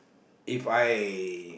If I